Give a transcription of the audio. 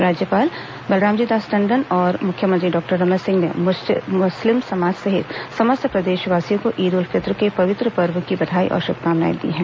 राज्यपाल बलरामजी दास टंडन और मुख्यमंत्री डॉक्टर रमन सिंह ने मुस्लिम समाज सहित समस्त प्रदेशवासियों को ईद उल फितर के पवित्र पर्व की बधाई और श्भकामनाएं दी हैं